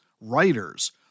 writers